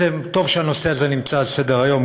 טוב שהנושא הזה נמצא על סדר-היום.